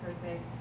perfect